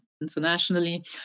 internationally